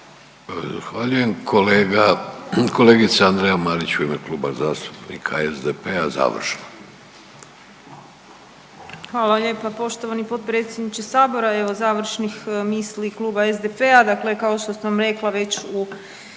Zahvaljujem. Kolegica Andreja Marić u ime Kluba zastupnika SDP-a, završno.